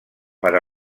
per